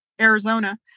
Arizona